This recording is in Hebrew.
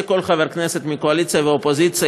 כל חבר כנסת מהקואליציה והאופוזיציה,